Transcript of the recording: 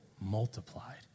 multiplied